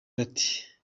bati